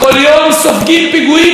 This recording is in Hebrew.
איך יכול להיות שהפעם,